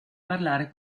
parlare